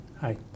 Hi